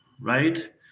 right